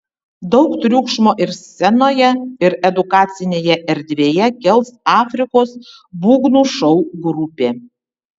daug triukšmo ir scenoje ir edukacinėje erdvėje kels afrikos būgnų šou grupė